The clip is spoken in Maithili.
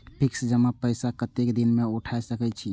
फिक्स जमा पैसा कतेक दिन में उठाई सके छी?